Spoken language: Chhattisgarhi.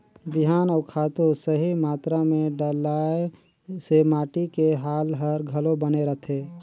बिहान अउ खातू सही मातरा मे डलाए से माटी के हाल हर घलो बने रहथे